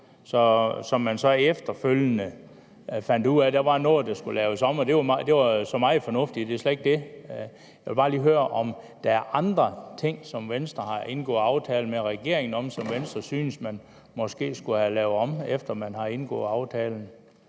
og efterfølgende fandt man ud af, at der var noget, der skulle laves om. Det var så meget fornuftigt, det er slet ikke det. Jeg vil bare lige høre, om der er andre ting, som Venstre har indgået aftale med regeringen om, og som Venstre måske synes skulle laves om efter indgåelsen af aftalen.